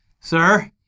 sir